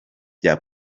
bya